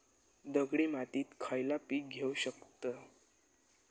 दगडी मातीत खयला पीक घेव शकताव?